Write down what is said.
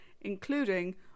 including